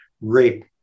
rape